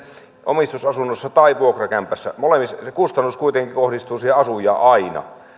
omistusasunnossa tai vuokrakämpässä molemmissa se kustannus kuitenkin kohdistuu siihen asujaan aina